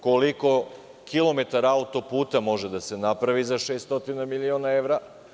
Koliko kilometara autoputa može da se napravi za 600 miliona evra?